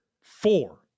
four